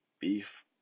beef